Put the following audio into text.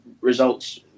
results